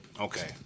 Okay